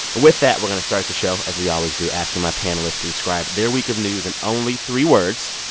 with that, we're going to start the show, as we always do, asking my panelists to describe their week of news in only three words.